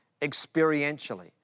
experientially